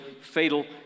fatal